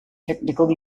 technical